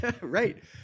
right